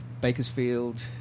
Bakersfield